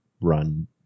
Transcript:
run